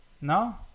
No